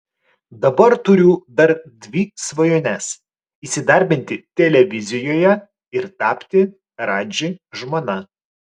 dabar turiu dar dvi svajones įsidarbinti televizijoje ir tapti radži žmona